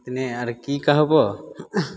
एतने आर की कहबौ